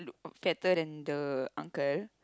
fatter than the uncle